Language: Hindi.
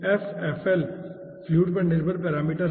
F fl फ्लूइड पर निर्भर पैरामीटर है